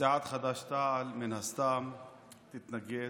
סיעת חד"ש-תע"ל מן הסתם תתנגד,